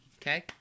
Okay